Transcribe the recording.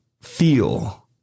feel